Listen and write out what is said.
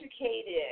educated